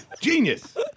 Genius